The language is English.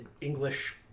English